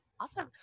Awesome